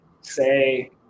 say